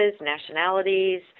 nationalities